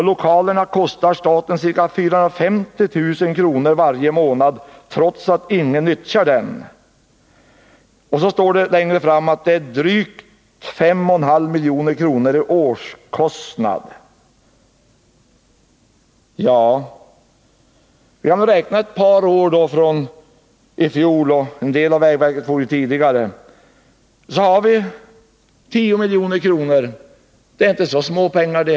”Lokalerna kostar staten c:a 450 000 kronor varje månad trots att ingen nyttjar dem.” Längre fram i artikeln står att årskostnaden är drygt 5,5 milj.kr. Om vi räknar med ett par år från i fjol — en del av vägverket flyttade ju tidigare — så har vi en kostnad på 10 milj.kr. Det är inte heller så små pengar.